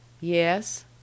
Yes